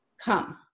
come